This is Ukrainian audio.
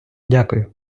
дякую